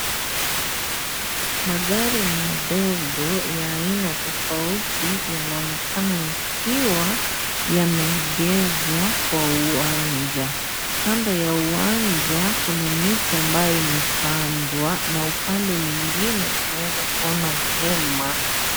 Magari madogo ya aina tofauti yanaonekana yakiwa yamegezwa kwa uwanja. Kando ya uwanja kuna miti ambayo imepandwa na upande mwingine tunaweza kuona hema.